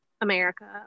america